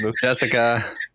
Jessica